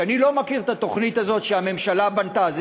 שאני לא מכיר את התוכנית הזאת שהממשלה בנתה,